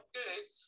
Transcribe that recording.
good